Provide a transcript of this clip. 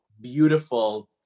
beautiful